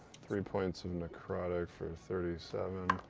three points of necrotic for thirty seven.